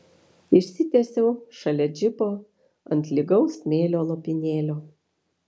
išsitiesiau šalia džipo ant lygaus smėlio lopinėlio